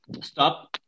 stop